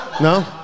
No